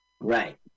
Right